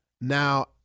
Now